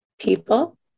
people